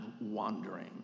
wandering